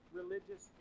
religious